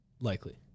Likely